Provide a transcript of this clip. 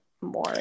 more